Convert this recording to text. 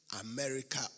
America